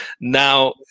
now